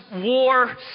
war